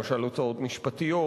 למשל הוצאות משפטיות,